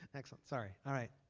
excellent. sorry. all right.